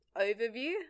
overview